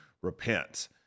Repent